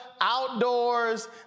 outdoors